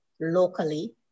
locally